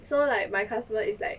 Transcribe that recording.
so like my customer is like